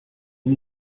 sie